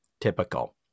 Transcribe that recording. typical